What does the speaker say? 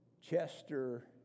Chester